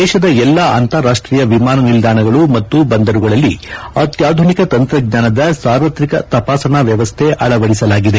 ದೇಶದ ಎಲ್ಲಾ ಅಂತಾರಾಷ್ಮೀಯ ವಿಮಾನ ನಿಲ್ಲಾಣಗಳು ಮತ್ತು ಬಂದರುಗಳಲ್ಲಿ ಅತ್ಯಾಧುನಿಕ ತಂತ್ರಜ್ಞಾನದ ಸಾರ್ವತ್ರಿಕ ತಪಾಸಣಾ ವ್ಯವಸ್ಥೆ ಅಳವಡಿಸಲಾಗಿದೆ